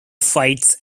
fights